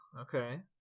okay